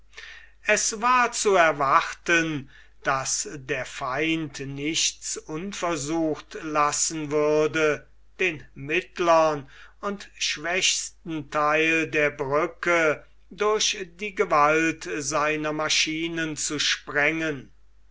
es war zu erwarten daß der feind nichts unversucht lassen würde den mittlern und schwächsten theil der brücke durch die gewalt seiner maschinen zu sprengen